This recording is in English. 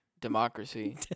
Democracy